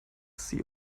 sie